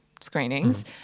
screenings